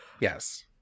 Yes